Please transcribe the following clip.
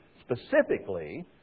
specifically